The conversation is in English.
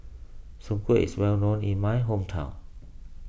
Soon Kueh is well known in my hometown